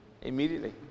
Immediately